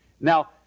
Now